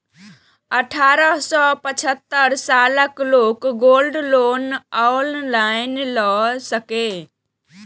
अठारह सं पचहत्तर सालक लोग गोल्ड लोन ऑनलाइन लए सकैए